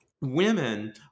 women